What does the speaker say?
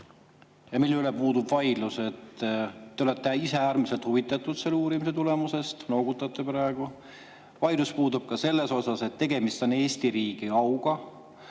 selle üle puudub vaidlus –, et te olete ise äärmiselt huvitatud selle uurimise tulemusest. Noogutate praegu. Vaidlus puudub ka selle üle, et tegemist on Eesti riigi auga.